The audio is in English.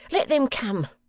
let them come!